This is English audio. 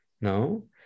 No